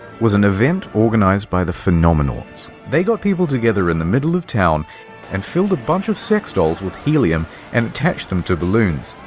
was an event organised by the phenomenauts. they got people together in the middle of town and filled a bunch of sex dolls with helium and attached them to balloons,